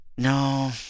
No